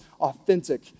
authentic